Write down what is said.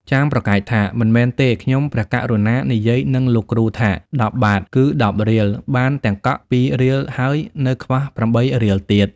ចាមប្រកែកថា "មិនមែនទេ! ខ្ញុំព្រះករុណានិយាយនឹងលោកគ្រូថា ១០បាទ គឺ ១០រៀល បានទាំងកក់ ២រៀលហើយ នៅខ្វះ ៨រៀលទៀត"។